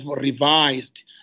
revised